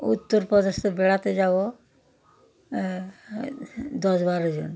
উত্তরপ্রদেশে বেড়াতে যাবো দশ বারো জন